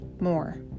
more